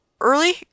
Early